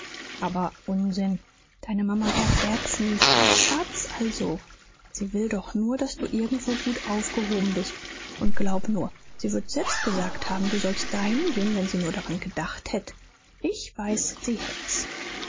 aber aber unsinn deine mama erfährt's nicht was schad's also sie will doch nur daß du irgendwo gut aufgehoben bist und glaub nur sie würd selbst gesagt haben du solltst dahin gehen wenn sie nur dran gedacht hätt ich weiß sie hätt's